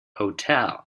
hotel